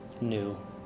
new